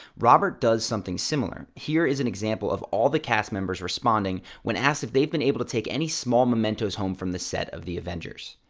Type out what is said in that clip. robert does something similar. here is an example of all the cast members responding when asked if they've been able to take any small mementos home from the set of the avengers.